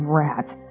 rats